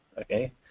Okay